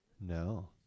No